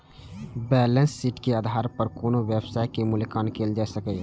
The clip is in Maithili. बैलेंस शीट के आधार पर कोनो व्यवसायक मूल्यांकन कैल जा सकैए